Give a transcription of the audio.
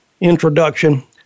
introduction